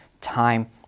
time